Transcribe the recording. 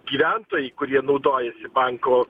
gyventojai kurie naudojasi banko